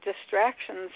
distractions